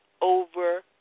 over